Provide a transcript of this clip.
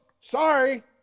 Sorry